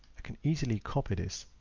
i can easily copy this,